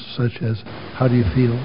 such as how do you feel